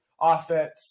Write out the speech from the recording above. offense